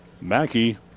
Mackey